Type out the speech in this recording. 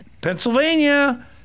pennsylvania